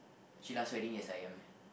Sheila's wedding yes I am